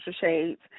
shades